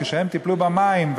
כשהן טיפלו במים,